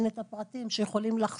אין את הפרטים שיכולים לחסוך?